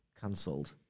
cancelled